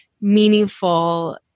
meaningful